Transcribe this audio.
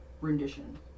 rendition